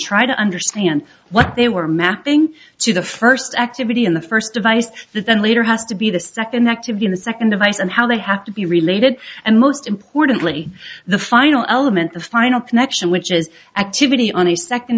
try to understand what they were mapping to the first activity in the first device the ventilator has to be the second activity in the second device and how they have to be related and most importantly the final element the final connection which is activity on the second